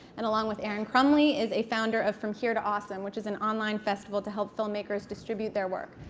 and along with arin crumley is a founder of from here to austin, which is an online festival to help filmmakers distribute their work.